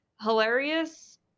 hilarious